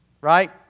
Right